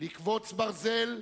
לקבוץ ברזל,